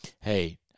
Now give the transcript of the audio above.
Hey